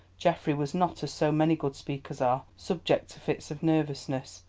geoffrey was not, as so many good speakers are, subject to fits of nervousness,